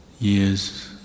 years